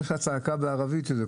האותיות.